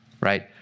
Right